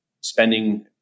spending